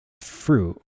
fruit